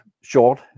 short